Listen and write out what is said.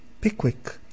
Pickwick